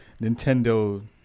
nintendo